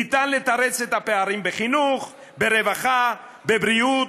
ניתן לתרץ את הפערים בחינוך, ברווחה, בבריאות.